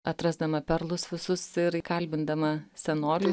atrasdama perlus visus ir kalbindama senolį